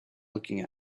looking